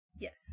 Yes